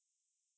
mm